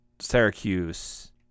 Syracuse